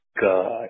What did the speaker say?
God